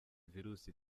virusi